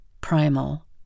primal